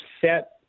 set